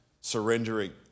surrendering